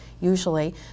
usually